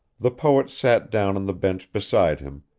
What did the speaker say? the poet sat down on the bench beside him,